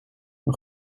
een